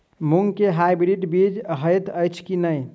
मूँग केँ हाइब्रिड बीज हएत अछि की नै?